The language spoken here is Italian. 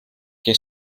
che